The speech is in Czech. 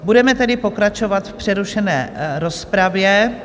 Budeme tedy pokračovat v přerušené rozpravě.